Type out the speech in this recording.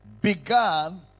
began